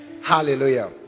Hallelujah